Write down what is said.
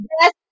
Yes